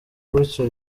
gutyo